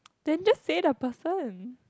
then just say the person